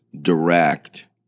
direct